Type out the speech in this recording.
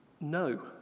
No